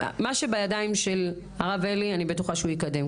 מה שבידיים של הרב אלי אני בטוחה שהוא יקדם,